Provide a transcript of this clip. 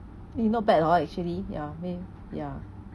eh not bad hor actually ya may ya